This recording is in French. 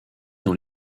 dans